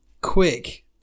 quick